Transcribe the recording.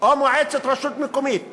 או מועצת רשות מקומית ובוחרת,